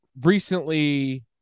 recently